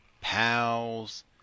pals